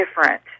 different